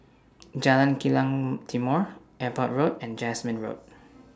Jalan Kilang Timor Airport Road and Jasmine Road